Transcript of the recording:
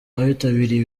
abitabiriye